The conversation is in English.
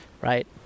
right